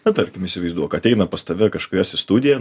na tarkim įsivaizduok ateina pas tave kažkas į studiją